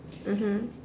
mmhmm